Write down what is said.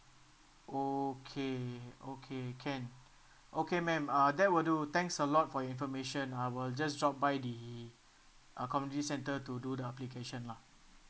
okay okay can okay ma'am uh that will do thanks a lot for your information I will just drop by the uh community centre to do the application lah